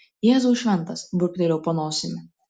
jėzau šventas burbtelėjau po nosimi